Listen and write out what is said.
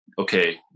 okay